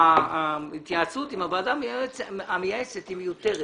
שההתייעצות עם הוועדה המייעצת היא מיותרת,